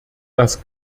das